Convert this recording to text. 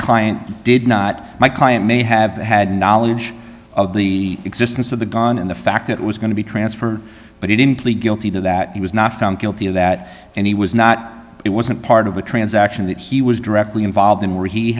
client did not my client may have had knowledge of the existence of the gun in the fact that it was going to be transferred but he didn't plead guilty to that he was not found guilty of that and he was not it wasn't part of a transaction that he was directly involved in where he